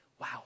wow